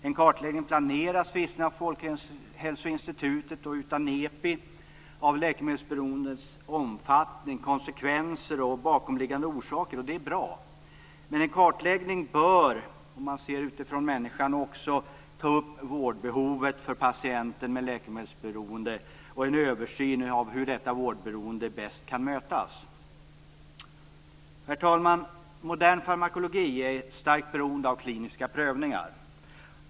En kartläggning planeras visserligen av Folkhälsoinstitutet och Nepi av läkemedelsberoendets omfattning, konsekvenser och bakomliggande orsaker, vilket är bra, men en kartläggning bör - om man ser utifrån människan - också ta upp vårdbehovet för patienter med läkemedelsberoende och en översyn av hur detta vårdbehov bäst kan mötas. Herr talman! Modern farmakologi är starkt beroende av kliniska prövningar.